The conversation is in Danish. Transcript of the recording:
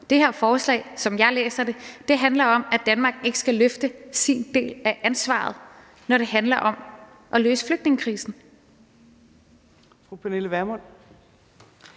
som jeg læser det, om, at Danmark ikke skal løfte sin del af ansvaret, når det handler om at løse flygtningekrisen.